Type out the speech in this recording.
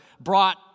brought